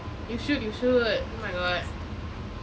you should you should oh my god